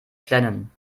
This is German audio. flennen